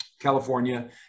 California